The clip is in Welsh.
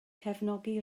cefnogi